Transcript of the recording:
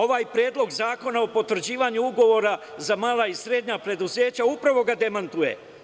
Ovaj Predlog zakona o potvrđivanju Ugovora za mala i srednja preduzeća, upravo ga demantuje.